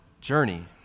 journey